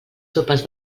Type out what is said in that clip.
sopes